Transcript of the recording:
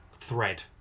thread